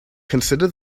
consider